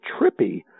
trippy